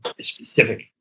specific